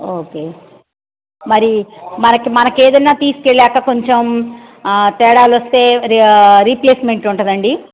okay మరి మనకి మనకి ఏదన్నా తీసుకెళ్ళాక కొంచెం తేడాలు వస్తే రీప్లేస్మెంట్ ఉంటదండీ